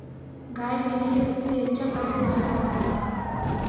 गाय के लिए सबसे अच्छा पशु आहार कौन सा है?